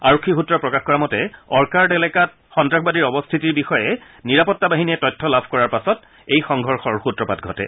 আৰক্ষী সূত্ৰই প্ৰকাশ কৰা মতে অৰ্কাৰ্ড এলেকাত সন্তাসবাদীৰ অৱস্থিতিৰ বিষয়ে নিৰাপত্তা বাহিনীয়ে তথ্য লাভ কৰাৰ পাছত এই সংঘৰ্ষৰ সূত্ৰপাত ঘটে